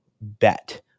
bet